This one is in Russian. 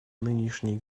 нынешней